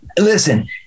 listen